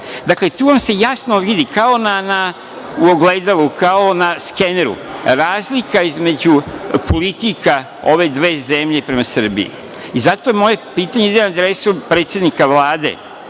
Kosova. Dakle, tu vam se jasno vidi, kao u ogledalu, kao na skeneru, razlika između politika ove dve zemlje prema Srbiji i zato moje pitanje ide na adresu predsednika Vlade,